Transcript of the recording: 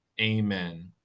Amen